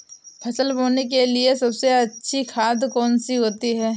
फसल बोने के लिए सबसे अच्छी खाद कौन सी होती है?